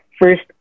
first